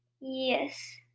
Yes